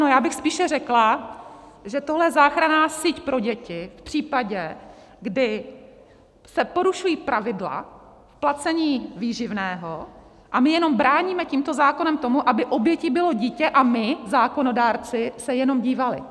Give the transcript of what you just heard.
No, já bych spíše řekla, že tohle je záchranná síť pro děti v případě, kdy se porušují pravidla placení výživného, a my jenom bráníme tímto zákonem tomu, aby obětí bylo dítě a my zákonodárci se jenom dívali.